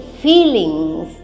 feelings